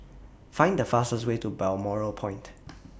Find The fastest Way to Balmoral Point